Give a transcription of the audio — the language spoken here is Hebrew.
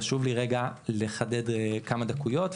חשוב לי רגע לחדד כמה דקויות,